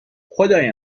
خدای